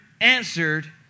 answered